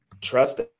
trust